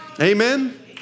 Amen